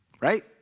right